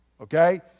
Okay